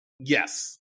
Yes